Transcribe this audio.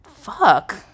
fuck